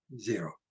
zero